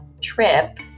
trip